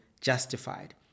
justified